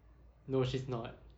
no she's not